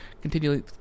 continually